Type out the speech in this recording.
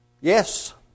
Yes